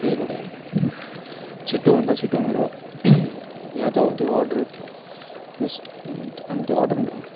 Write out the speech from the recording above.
त्यही भएर छिटो भन्दा छिटो मेरो यहाँ त त्यो अर्डर होस् अनि त्यो अर्डर